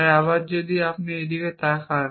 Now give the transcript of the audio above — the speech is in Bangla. তাই আবার যদি আপনি এই দিকে তাকান